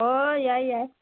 ꯑꯣ ꯌꯥꯏ ꯌꯥꯏ